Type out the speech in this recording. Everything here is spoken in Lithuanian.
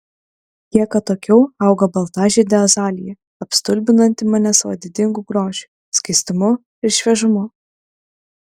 kiek atokiau auga baltažiedė azalija apstulbinanti mane savo didingu grožiu skaistumu ir šviežumu